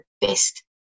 best